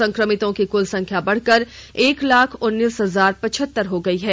संक्रमितों की कुल संख्या बढ़कर एक लाख उन्नीस हजार पचहतर हो गई है